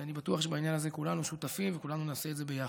ואני בטוח שבעניין הזה כולנו שותפים וכולנו נעשה את זה ביחד.